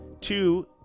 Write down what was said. two